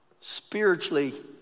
spiritually